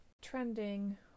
trending